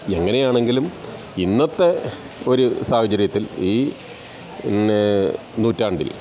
എങ്ങനെയാണെങ്കിലും ഇന്നത്തെ ഒരു സാഹചര്യത്തിൽ ഈ പിന്നെ നൂറ്റാണ്ടിൽ